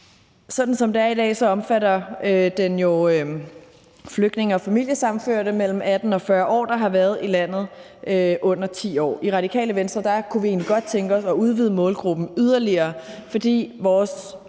Som det er i dag, omfatter den jo flygtninge og familiesammenførte mellem 18 og 40 år, der har været i landet under 10 år. I Radikale Venstre kunne vi egentlig godt tænke os at udvide målgruppen yderligere, fordi vores